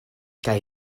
kaj